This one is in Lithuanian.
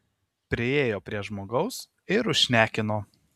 priėjo prie žmogaus ir užšnekino